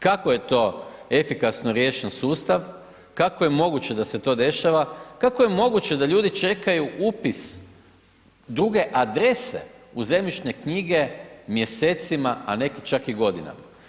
Kako je to efikasno riješen sustav, kako je moguće da se to dešava, kako je moguće da ljudi čekaju upis druge adrese u zemljišne knjige mjesecima, a neki čak i godinama?